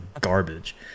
garbage